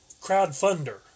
Crowdfunder